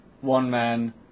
one-man